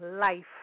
life